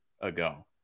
ago